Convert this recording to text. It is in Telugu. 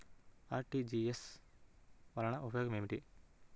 అర్.టీ.జీ.ఎస్ వలన ఉపయోగం ఏమిటీ?